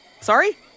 Sorry